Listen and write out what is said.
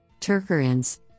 Turkerins